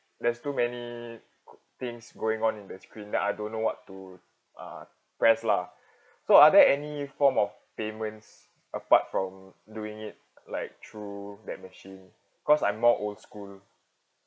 there's too many things going on in the screen that I don't know what to uh press lah so are there any form of payments apart from doing it like through that machine cause I'm more old school